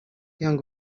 yong